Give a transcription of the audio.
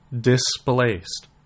displaced